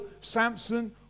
Samson